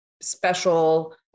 special